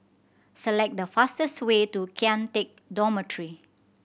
select the fastest way to Kian Teck Dormitory